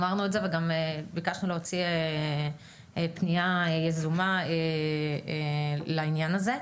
אמרנו את זה וגם ביקשנו להוציא פנייה יזומה לעניין הזה.